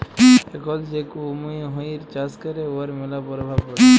এখল যে কুমহির চাষ ক্যরে উয়ার ম্যালা পরভাব পড়ে